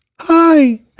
Hi